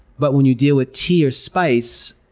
but when you deal with tea or spice,